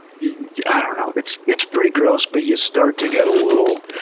you know it's it's pretty gross, but you start to get a little,